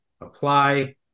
apply